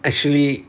actually